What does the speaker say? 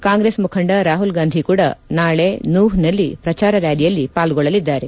ಕಾಂಗ್ರೆಸ್ ಮುಖಂಡ ರಾಹುಲ್ ಗಾಂಧಿ ಕೂಡ ನಾಳೆ ನೂಹ್ನಲ್ಲಿ ಪ್ರಚಾರ ರ್ವಾಲಿಯಲ್ಲಿ ಪಾಲ್ಗೊಳ್ಳಲಿದ್ದಾರೆ